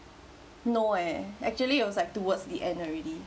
no eh actually it was like towards the end already